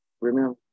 remember